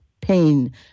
pain